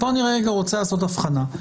אני רוצה לעשות כאן הבחנה.